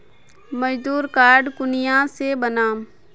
मजदूर कार्ड कुनियाँ से बनाम?